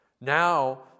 Now